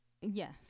Yes